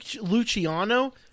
Luciano –